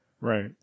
Right